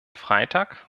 freitag